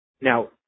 Now